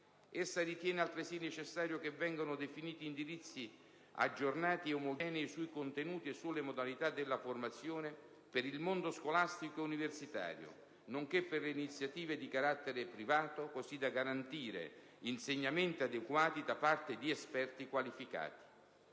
Essa ritiene altresì necessario che vengano definiti indirizzi aggiornati e omogenei sui contenuti e sulle modalità della formazione per il mondo scolastico e universitario, nonché per le iniziative di carattere privato, così da garantire insegnamenti adeguati da parte di esperti qualificati.